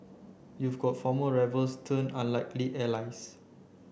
you've got former rivals turned unlikely allies